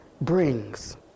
brings